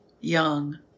young